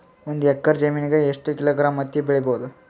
ಒಂದ್ ಎಕ್ಕರ ಜಮೀನಗ ಎಷ್ಟು ಕಿಲೋಗ್ರಾಂ ಹತ್ತಿ ಬೆಳಿ ಬಹುದು?